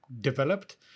developed